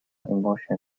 emotion